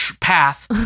path